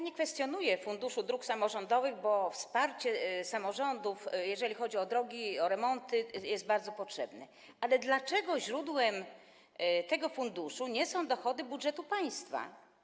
Nie kwestionuję Funduszu Dróg Samorządowych, bo wsparcie samorządów, jeżeli chodzi o drogi, o ich remonty, jest bardzo potrzebne, ale dlaczego źródłem tego funduszu nie są dochody budżetu państwa?